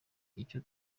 icyo